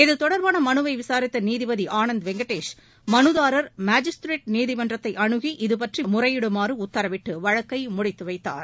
இது தொடர்பான மனுவை விசாரித்த நீதிபதி ஆனந்த் வெங்கடேஷ் மனுதாரர் மாஜிஸ்திரேட் நீதிமன்றத்தை அணுகி இதுபற்றி முறையிடுமாறு உத்தரவிட்டு வழக்கை முடித்து வைத்தார்